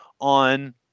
on